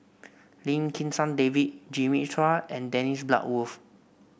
Lim Kim San David Jimmy Chua and Dennis Bloodworth